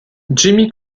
jimmy